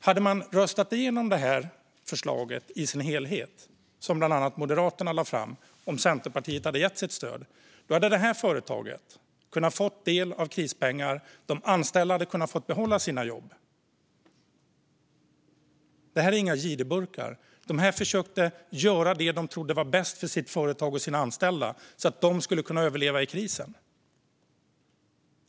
Hade man röstat igenom det förslag som bland annat Moderaterna lade fram, om Centerpartiet hade gett sitt stöd, hade det här företaget kunnat ta del av krispengar och de anställda behållit sina jobb. De var inga girigbukar, utan de försökte göra det de trodde var bäst för företaget och de anställda så att det skulle överleva krisen.